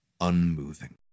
unmoving